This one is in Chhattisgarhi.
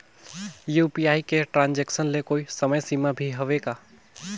यू.पी.आई के ट्रांजेक्शन ले कोई समय सीमा भी हवे का?